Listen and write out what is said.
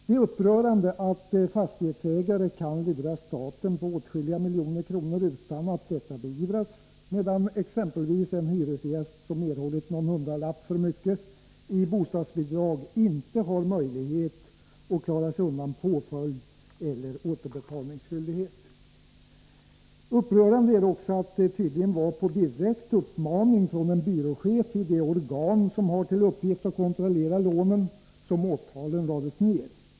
Det är upprörande att fastighetsägare kan lura staten på åtskilliga miljoner utan att det beivras, medan exempelvis en hyresgäst som har erhållit någon hundralapp för mycket i bostadsbidrag inte har någon möjlighet att klara sig undan påföljd eller återbetalningsskyldighet. Upprörande är det också att det tydligen var på direkt uppmaning av en byråchef i det organ som har till uppgift att kontrollera lånen som åtalen lades ned.